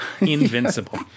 invincible